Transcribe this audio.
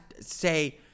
say